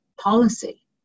policy